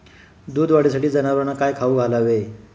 दूध वाढीसाठी जनावरांना काय खाऊ घालावे?